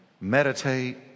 meditate